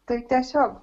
tai tiesiog